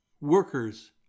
workers